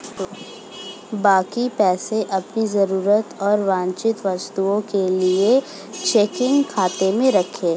बाकी पैसे अपनी जरूरत और वांछित वस्तुओं के लिए चेकिंग खाते में रखें